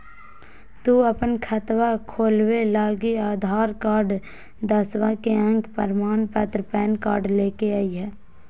तू अपन खतवा खोलवे लागी आधार कार्ड, दसवां के अक प्रमाण पत्र, पैन कार्ड ले के अइह